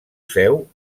seu